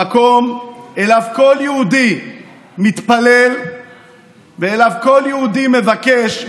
המקום שאליו כל יהודי מתפלל ושאליו כל יהודי מבקש,